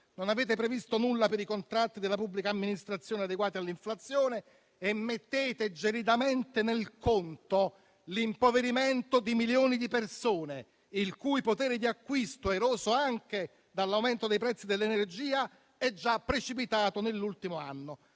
Non avete previsto alcunché per i contratti della pubblica amministrazione adeguati all'inflazione e mettete gelidamente nel conto l'impoverimento di milioni di persone, il cui potere di acquisto, eroso anche dall'aumento dei prezzi dell'energia, è già precipitato nell'ultimo anno.